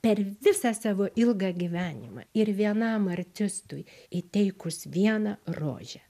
per visą savo ilgą gyvenimą ir vienam artistui įteikus vieną rožę